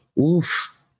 Oof